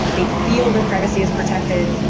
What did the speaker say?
they feel their privacy is protected,